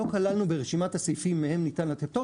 לא כללנו ברשימת הסעיפים מהם ניתן לתת פטור,